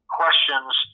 questions